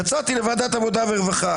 יצאתי לוועדת העבודה והרווחה.